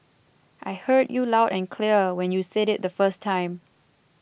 I heard you loud and clear when you said it the first time